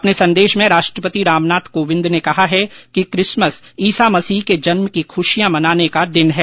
अपने संदेश में राष्ट्रपति रामनाथ कोविंद ने कहा है कि किसमस ईसा मसीह के जन्म की खुशियां मनाने का दिन है